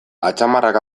atzamarrak